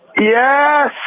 Yes